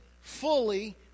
fully